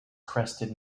crested